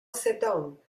zedong